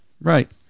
Right